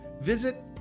Visit